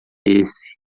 esse